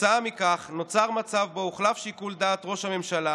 כתוצאה מכך נוצר מצב שבו הוחלף שיקול דעת ראש הממשלה,